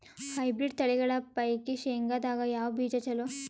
Hybrid ತಳಿಗಳ ಪೈಕಿ ಶೇಂಗದಾಗ ಯಾವ ಬೀಜ ಚಲೋ?